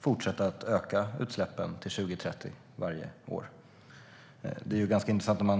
fortsätta att öka utsläppen varje år till 2030.